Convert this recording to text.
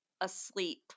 asleep